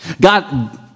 God